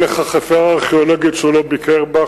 אין לך חפירה ארכיאולוגית שהוא לא ביקר בה,